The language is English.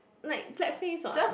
like blackface [what]